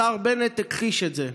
השר בנט הכחיש את זה.